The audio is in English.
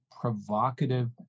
provocative